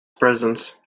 presence